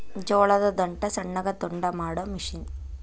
ಜೋಳದ ದಂಟ ಸಣ್ಣಗ ತುಂಡ ಮಾಡು ಮಿಷನ್